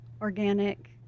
organic